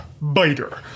biter